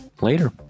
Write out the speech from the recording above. Later